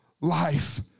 life